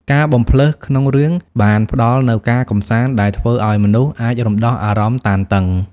ការបំផ្លើសក្នុងរឿងបានផ្តល់នូវការកម្សាន្តដែលធ្វើឲ្យមនុស្សអាចរំដោះអារម្មណ៍តានតឹង។